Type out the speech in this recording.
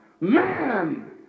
man